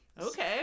okay